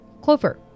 Clover